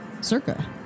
Circa